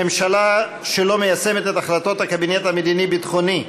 ממשלה שלא מיישמת את החלטות הקבינט המדיני-ביטחוני,